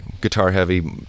guitar-heavy